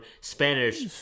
Spanish